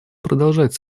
продолжать